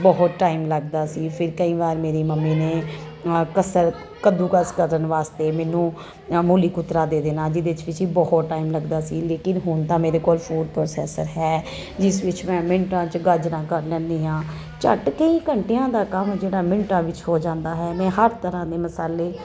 ਬਹੁਤ ਟਾਈਮ ਲੱਗਦਾ ਸੀ ਫਿਰ ਕਈ ਵਾਰ ਮੇਰੀ ਮੰਮੀ ਨੇ ਕਸਰ ਕੱਦੂਕਸ ਕਰਨ ਵਾਸਤੇ ਮੈਨੂੰ ਮਾਮੂਲੀ ਕੁਤਰਾ ਦੇ ਦੇਣਾ ਜਿਹਦੇ 'ਚ ਵੀ ਜੀ ਬਹੁਤ ਟਾਈਮ ਲੱਗਦਾ ਸੀ ਲੇਕਿਨ ਹੁਣ ਤਾਂ ਮੇਰੇ ਕੋਲ ਫੂਡ ਪ੍ਰੋਸੈਸਰ ਹੈ ਜਿਸ ਵਿੱਚ ਮੈਂ ਮਿੰਟਾਂ 'ਚ ਗਾਜਰਾਂ ਕਰ ਲੈਂਦੀ ਹਾਂ ਝੱਟ ਕਈ ਘੰਟਿਆਂ ਦਾ ਕੰਮ ਜਿਹੜਾ ਮਿੰਟਾਂ ਵਿੱਚ ਹੋ ਜਾਂਦਾ ਹੈ ਮੈਂ ਹਰ ਤਰ੍ਹਾਂ ਦੇ ਮਸਾਲੇ